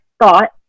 thought